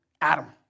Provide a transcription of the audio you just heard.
Adam